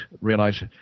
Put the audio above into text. realize